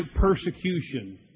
persecution